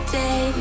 day